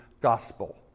gospel